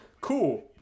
Cool